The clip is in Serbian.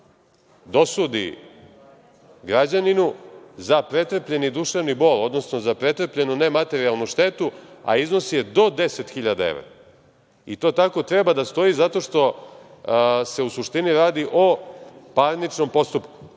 dosudi građaninu za pretrpljeni duševni bol, odnosno za pretrpljenu nematerijalnu štetu, a iznos je do 10.000 evra. To tako treba da stoji zato što se u suštini radi o parničnom postupku,